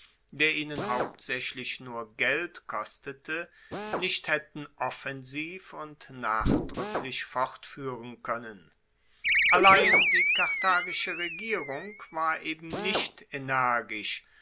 der ihnen hauptsaechlich nur geld kostete nicht haetten offensiv und nachdruecklich fortfuehren koennen allein die karthagische regierung war eben nicht energisch